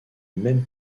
même